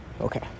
Okay